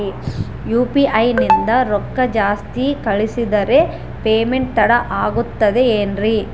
UPI ನಿಂದ ರೊಕ್ಕ ಜಾಸ್ತಿ ಕಳಿಸಿದರೆ ಪೇಮೆಂಟ್ ತಡ ಆಗುತ್ತದೆ ಎನ್ರಿ?